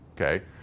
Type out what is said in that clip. Okay